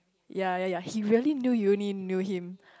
yea yea yea he really knew you already knew him